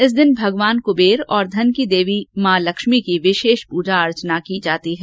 इस दिन भगवान कुबेर और धन की देवी मां लक्ष्मी की विशेष पूजा अर्चना की जाती है